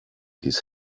his